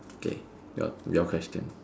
okay your your question